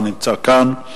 לא נמצא כאן.